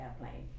airplane